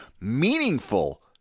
meaningful